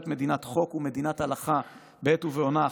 מדינת חוק ומדינת הלכה בעת ובעונה אחת,